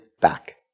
back